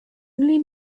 only